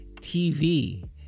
TV